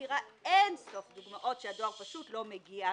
מכירה אין סוף דוגמאות שהדואר פשוט לא מגיע,